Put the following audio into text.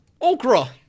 Okra